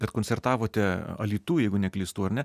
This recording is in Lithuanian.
kad koncertavote alytuj jeigu neklystu ar ne